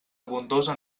abundosa